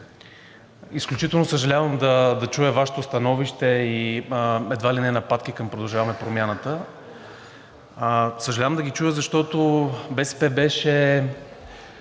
изключително съжалявам да чуя Вашето становище и едва ли не нападки към „Продължаваме Промяната“. Съжалявам да ги чуя, защото БСП беше